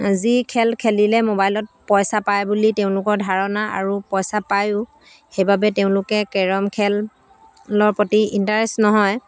যি খেল খেলিলে মোবাইলত পইচা পায় বুলি তেওঁলোকৰ ধাৰণা আৰু পইচা পায়ো সেইবাবে তেওঁলোকে কেৰম খেলৰ প্ৰতি ইণ্টাৰেষ্ট নহয়